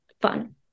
fun